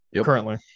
currently